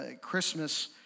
Christmas